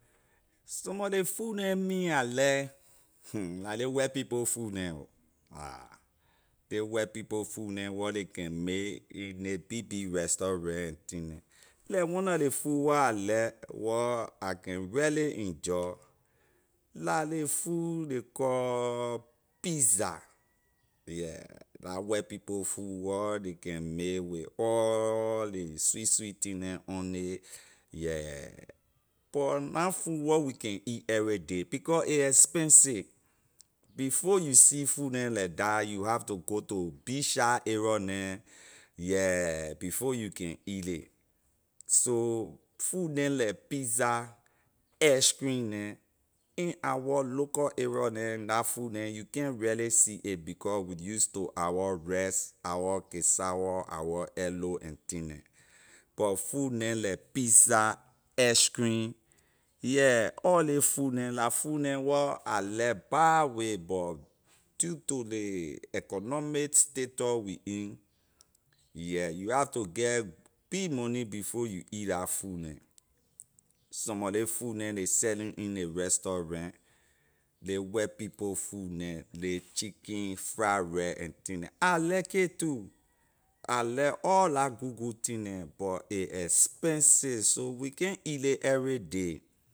Some mor ley food neh me I like la ley white people food neh ho I ley white people food neh where ley can may in ley big big restaurant and thing neh like one nor ley food where I like wor I can really enjoy la ley food ley call pizza yeah la white people food wor ley can may with all ley sweet sweet thing neh on nay yeah but na food where we can eat everyday becor a expensive before you see food neh like dah you have to go to big shar area neh yeah before you can eat ley so food neh like pizza, ice cream neh in our local area neh la food neh you can’t really see a becor we use to our rice our cassawor our eddo and thing neh but food neh like pizza, ice cream yeah all ley food neh la food neh wor I like bad way but due to ley economic status we in yeah you have to get big money before you eat la food neh some mor ley food neh ley selling in ley restaurant ley white people food neh ley chicken fried rice and thing neh I like it too I like all la good good thing neh but a expensive so we can’t eat ley everyday